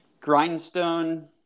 Grindstone